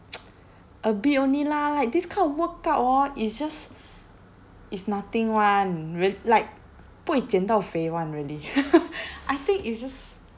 a bit only lah like this kind of workout hor it's just it's nothing [one] real~ like 不会减到肥 [one] really I think it's just